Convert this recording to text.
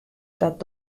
dat